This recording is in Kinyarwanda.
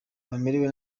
bamerewe